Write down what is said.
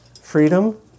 freedom